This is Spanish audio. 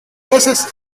veces